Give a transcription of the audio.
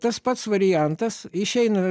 tas pats variantas išeina